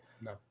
No